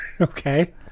Okay